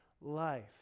life